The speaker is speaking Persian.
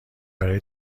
برای